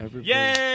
Yay